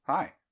Hi